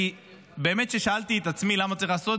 כי באמת ששאלתי את עצמי מה אני צריך לעשות,